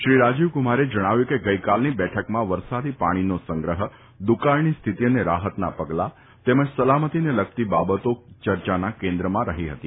શ્રી રાજીવકુમારે જણાવ્યું હતું કે ગઇકાલની બેઠકમાં વરસાદી પાણીનો સંગ્રહ દુકાળની સ્થિતિ અને રાહતના પગલા તેમજ સલામતીને લગતી બાબતો ચર્ચાના કેન્દ્રમાં રહી હતી